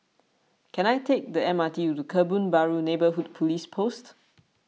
can I take the M R T to Kebun Baru Neighbourhood Police Post